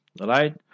right